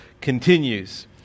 continues